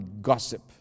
gossip